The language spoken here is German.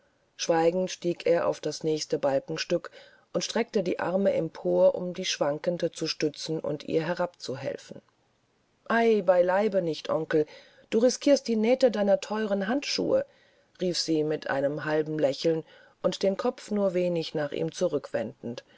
schweigend stieg er auf das nächste balkenstück und reckte die arme empor um die schwankende zu stützen und ihr herabzuhelfen ei beileibe nicht onkel du riskierst die nähte deiner neuen handschuhe rief sie mit einem halben lächeln und den kopf nur wenig nach ihm zurückwendend